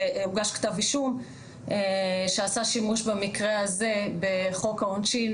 והוגש כתב אישום שעשה שימוש במקרה הזה בחוק העונשין